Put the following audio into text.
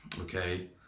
okay